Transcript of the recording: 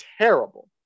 terrible